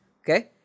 Okay